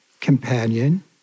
companion